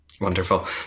wonderful